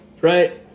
Right